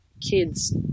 kids